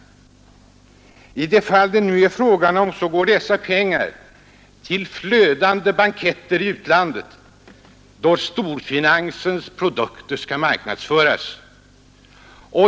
I det fall det nu är fråga om går dessa pengar till flödande banketter i utlandet, då storfinansens produkter skall marknadsföras.